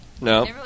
No